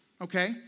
okay